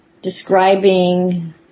Describing